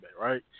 right